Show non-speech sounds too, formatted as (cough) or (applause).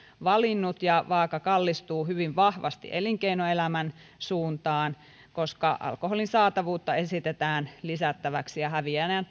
valinnut ja vaaka kallistuu hyvin vahvasti elinkeinoelämän suuntaan koska alkoholin saatavuutta esitetään lisättäväksi ja häviäjänä (unintelligible)